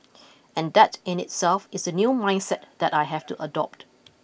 and that in itself is a new mindset that I have to adopt